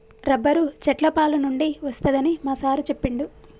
rubber చెట్ల పాలనుండి వస్తదని మా సారు చెప్పిండు